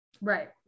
Right